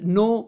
no